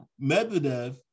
medvedev